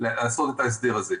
לעשות את ההסדר הזה.